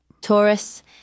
Taurus